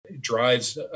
drives